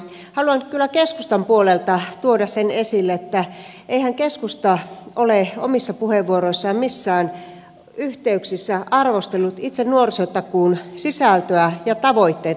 haluan kyllä keskustan puolelta tuoda esille sen että eihän keskusta ole omissa puheenvuoroissaan missään yhteyksissä arvostellut itse nuorisotakuun sisältöä ja tavoitteita